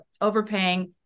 overpaying